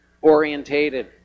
orientated